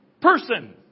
person